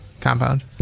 compound